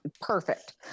perfect